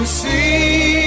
see